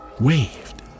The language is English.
waved